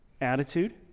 attitude